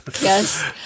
Yes